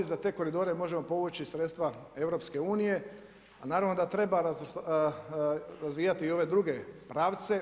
Za te koridore možemo povući sredstva EU, a naravno da treba razvijati i ove druge pravce.